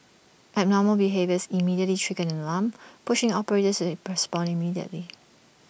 abnormal behaviours immediately trigger an alarm pushing operators to respond immediately